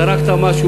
זרקת משהו,